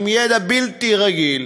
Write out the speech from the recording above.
עם ידע בלתי רגיל,